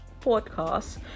podcast